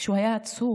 כשהוא היה עצוב,